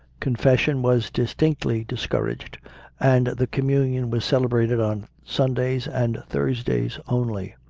confession was distinctly discouraged and the communion was celebrated on sundays and thursdays only.